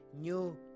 New